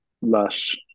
lush